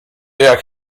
jak